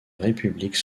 république